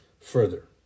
Further